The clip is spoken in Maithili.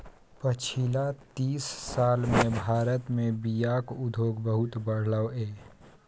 पछिला तीस साल मे भारत मे बीयाक उद्योग बहुत बढ़लै यै